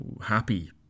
happy